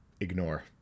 ignore